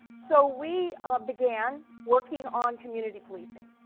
so we um began working on community policing,